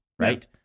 Right